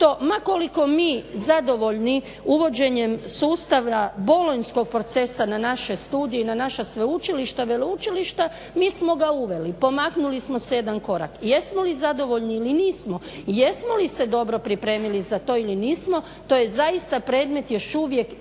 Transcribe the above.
ma koliko mi zadovoljni uvođenjem sustav bolonjskog procesa na naše studije i na naša sveučilišta, veleučilišta, mi smo ga uveli, pomaknuli smo se jedan korak. Jesmo li zadovoljni ili nismo, jesmo li se dobro pripremili za to ili nismo, to je zaista predmet još uvijek i